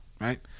Right